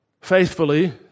faithfully